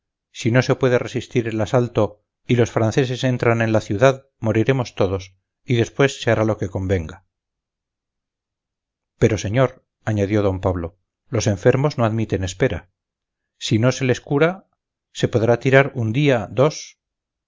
si no se puede resistir el asalto y los franceses entran en la ciudad moriremos todos y después se hará lo que convenga pero señor añadió d pablo los enfermos no admiten espera si no se les cura se podrá tirar un día dos